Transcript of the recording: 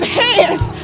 hands